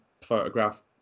photograph